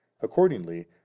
accordingly